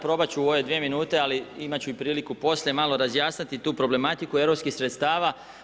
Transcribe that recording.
Probat ću u ove dvije minute, ali imat ću i priliku poslije malo razjasniti tu problematiku europskih sredstava.